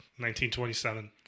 1927